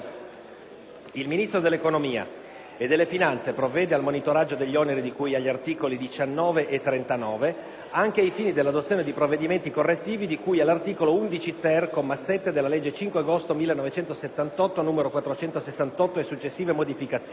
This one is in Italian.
Il Ministro dell'economia e delle finanze provvede al monitoraggio degli oneri di cui agli articoli 19 e 39, anche ai fini dell'adozione di provvedimenti correttivi di cui all'articolo 11*-ter*, comma 7, della legge 5 agosto 1978, n. 468, e successive modificazioni.